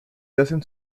yacen